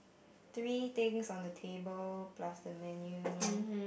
three things on the table plus the menu